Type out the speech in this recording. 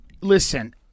Listen